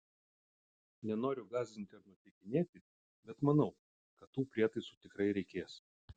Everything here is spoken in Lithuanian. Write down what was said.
nenoriu gąsdinti ar nuteikinėti bet manau kad tų prietaisų tikrai reikės